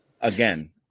Again